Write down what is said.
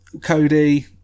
Cody